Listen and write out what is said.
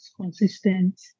consistent